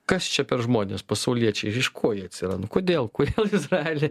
kas čia per žmonės pasauliečiai iš ko jie atsiranda kodėl kodėl izraely